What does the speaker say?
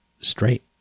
straight